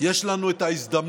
יש לנו הזדמנות